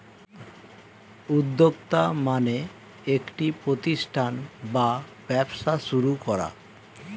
উদ্যোক্তা মানে একটি প্রতিষ্ঠান বা ব্যবসা শুরু করা